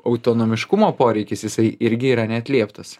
autonomiškumo poreikis jisai irgi yra neatlieptas